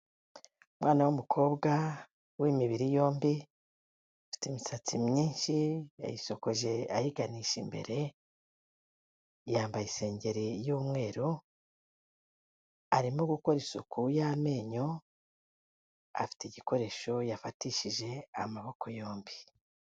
Umwana w'umukobwa w'imibiri yombi, afite imisatsi myinshi yayisokoje ayiganisha imbere, yambaye isengeri y'umweru, arimo gukora isuku y'amenyo, afite igikoresho yafatishije amaboko yombi.